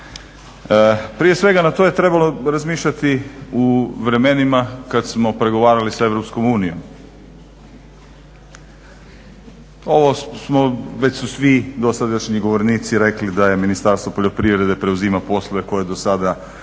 Prije svega na to je trebalo razmišljati u vremenima kad smo pregovarali sa Europskom unijom. Ovo smo, već su svi do sadašnji govornici rekli da je Ministarstvo poljoprivrede preuzima poslove koje do sada